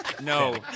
No